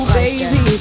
baby